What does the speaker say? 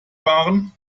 fahren